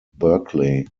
berkeley